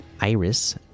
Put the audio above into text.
Iris